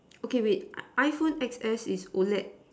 okay wait I phone X S is O_L_E_D